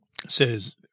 says